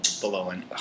blowing